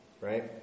right